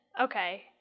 Okay